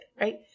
right